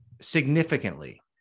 significantly